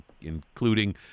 including